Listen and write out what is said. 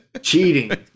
Cheating